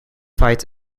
fight